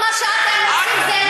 זה בשטח,